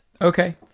Okay